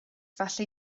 felly